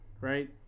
right